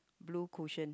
blue cushion